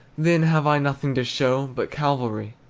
then have i nothing to show but calvary.